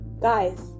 Guys